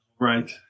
Right